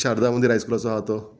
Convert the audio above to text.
शारदा मदीं हायस्कुलाचो आहा तो